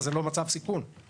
זה לא מצב סיכון.